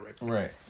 right